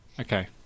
Okay